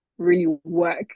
rework